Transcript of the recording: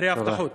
אחרי הבטחות.